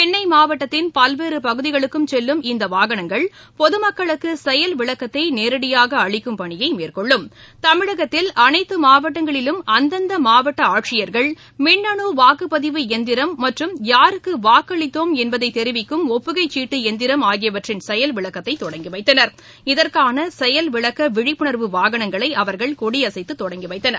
சென்னைமாவட்டத்தின் பல்வேறுபகுதிகளுக்கும் செல்லும் இந்தவாகனங்கள் பொதுமக்களுக்கு செயல் விளக்கத்தைநேரடியாகஅளிக்கும் பணியைமேற்கொள்ளும் தமிழகத்தில் அனைத்தமாவட்டங்களிலும் அந்தந்தமாவட்டஆட்சியர்கள் மின்னணுவாக்குப்பதிவு இயந்திரம் மற்றும் யாருக்குவாக்களித்தோம் என்பதைதெரிவிக்கும் ஒப்புகைச் சீட்டு இயந்திரம் ஆகியவற்றின் செயல்விளக்கத்தைதொடங்கிவைத்தனர் இதற்கானசெயல்விளக்கவிழிப்புணர்வு வாகனங்களைஅவர்கள் கொடியசைத்துதொடங்கிவைத்தனர்